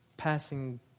passing